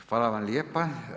Hvala vam lijepa.